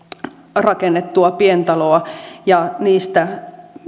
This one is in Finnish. rakennettua pientaloa ja niistä